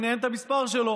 הוא ינייד את המספר שלו,